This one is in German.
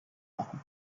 machen